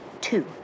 Two